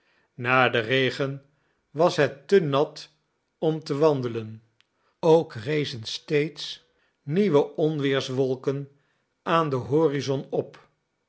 na den regen was het te nat om te wandelen ook rezen steeds nieuwe onweerswolken aan den horizon op